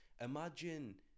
imagine